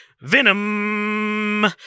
Venom